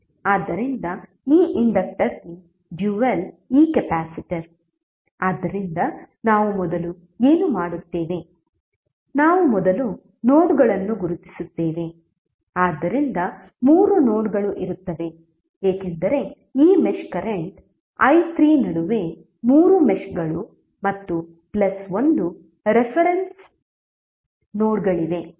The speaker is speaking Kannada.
ಆದ್ದರಿಂದ ಈ ಇಂಡಕ್ಟರ್ಗೆ ಡ್ಯುಯಲ್ ಈ ಕೆಪಾಸಿಟರ್ ಆದ್ದರಿಂದ ನಾವು ಮೊದಲು ಏನು ಮಾಡುತ್ತೇವೆ ನಾವು ಮೊದಲು ನೋಡ್ಗಳನ್ನು ಗುರುತಿಸುತ್ತೇವೆ ಆದ್ದರಿಂದ 3 ನೋಡ್ಗಳು ಇರುತ್ತವೆ ಏಕೆಂದರೆ ಈ ಮೆಶ್ ಕರೆಂಟ್ i3 ನಡುವೆ 3 ಮೆಶ್ಗಳು ಮತ್ತು ಪ್ಲಸ್ 1 ರೆಫರೆನ್ಸ್ ನೋಡ್ಗಳಿವೆ